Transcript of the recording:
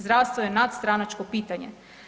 Zdravstvo je nadstranačko pitanje.